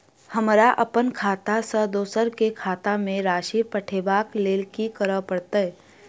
हमरा अप्पन खाता सँ दोसर केँ खाता मे राशि पठेवाक लेल की करऽ पड़त?